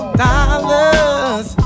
dollars